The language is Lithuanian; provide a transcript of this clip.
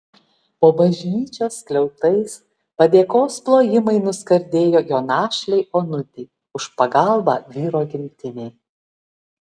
po bažnyčios skliautais padėkos plojimai nuskardėjo jo našlei onutei už pagalbą vyro gimtinei